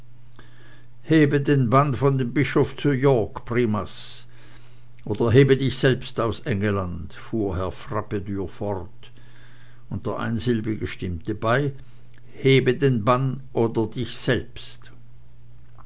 hebe den bann von dem bischof zu york primas oder hebe dich selbst aus engelland fuhr herr frappedür fort und der einsilbige stimmte bei hebe den bann oder dich selbst